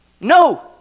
no